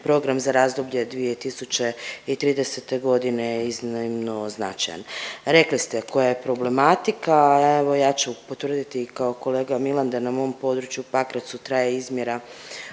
program za razdoblje 2030. godine je iznimno značajan. Rekli ste koja je problematika evo ja ću potvrditi kao kolega Milan da na mom području u Pakracu traje izmjera